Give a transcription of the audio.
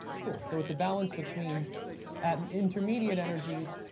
cool. so, it's a balance between and intermediate energies.